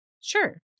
sure